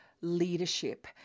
leadership